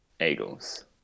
Eagles